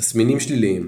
תסמינים שליליים